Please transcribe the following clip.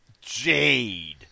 Jade